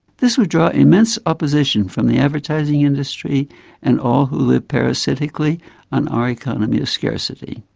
this would draw immense opposition from the advertising industry and all who live parasitically on our economy of scarcity.